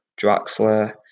Draxler